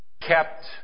kept